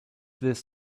this